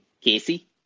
Casey